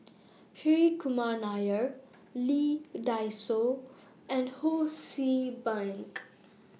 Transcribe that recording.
Hri Kumar Nair Lee Dai Soh and Ho See Beng